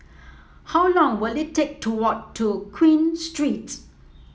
how long will it take to walk to Queen Street